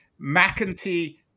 mcinty